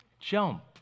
Jump